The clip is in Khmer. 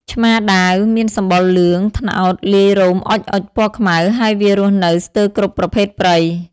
ឆ្មាដាវមានសម្បុរលឿង-ត្នោត លាយរោមអុចៗពណ៌ខ្មៅ ហើយវារស់នៅស្ទើគ្រប់ប្រភេទព្រៃ ។